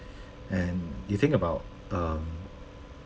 and you think about um